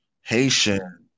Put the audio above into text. Haitian